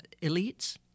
elites